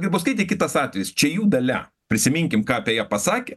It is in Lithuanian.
grybauskaitė kitas atvejis čia jų dalia prisiminkim ką apie ją pasakė